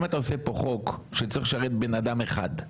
זה מנוגד לחוק המתנות --- זה תואם את חוק המתנות.